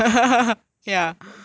dog what's up dog